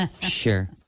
Sure